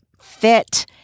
fit